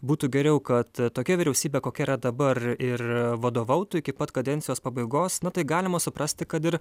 būtų geriau kad tokia vyriausybė kokia yra dabar ir vadovautų iki pat kadencijos pabaigos na tai galima suprasti kad ir